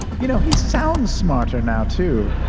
you know, he sounds smarter now, too.